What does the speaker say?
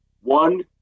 One